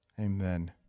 Amen